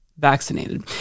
vaccinated